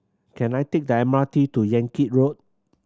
can I take the M R T to Yan Kit Road